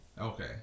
Okay